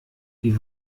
die